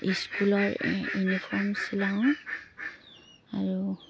স্কুলৰ ইউনিফৰ্ম চিলাওঁ আৰু